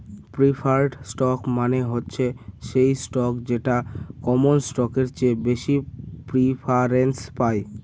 preferred stock মানে হচ্ছে সেই স্টক যেটা কমন স্টকের চেয়ে বেশি প্রিফারেন্স পায়